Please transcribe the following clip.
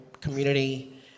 community